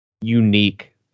unique